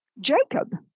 Jacob